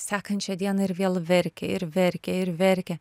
sekančią dieną ir vėl verkia ir verkia ir verkia